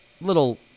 little